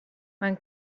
man